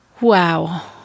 Wow